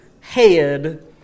head